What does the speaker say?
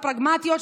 הפרגמטיות,